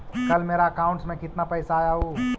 कल मेरा अकाउंटस में कितना पैसा आया ऊ?